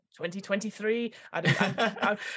2023